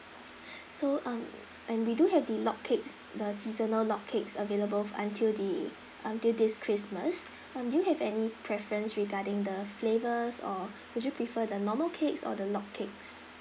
so um and we do have the log cakes the seasonal log cakes available until the until this christmas um do you have any preference regarding the flavours or would you prefer the normal cakes or the log cakes